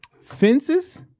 Fences